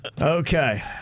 Okay